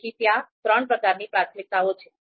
તેથી ત્યાં ત્રણ પ્રકારની પ્રાથમિકતાઓ છે